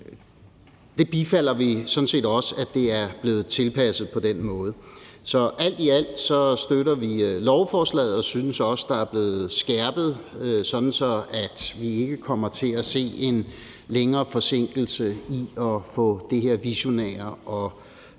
Vi bifalder sådan set også, at det er blevet tilpasset på den måde. Så alt i alt støtter vi lovforslaget og synes også, det er blevet skærpet, sådan at vi ikke kommer til at se en længere forsinkelse i at få det her visionære og store